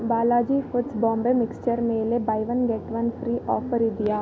Balaji foods Bombay mixture ಮೇಲೆ buy one get one free offer ಇದೆಯಾ